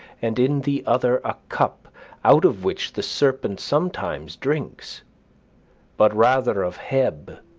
and in the other a cup out of which the serpent sometimes drinks but rather of hebe,